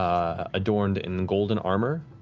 adorned in golden armor,